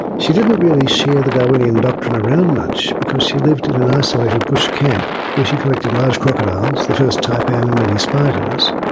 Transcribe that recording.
she didn't really share the darwinian doctrine around much, because she lived in in isolated bush camp where she collected large crocodiles, the first taipan, and and many spiders,